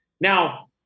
now